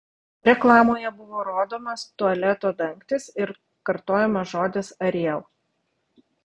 reklamoje buvo rodomas tualeto dangtis ir kartojamas žodis ariel